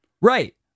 Right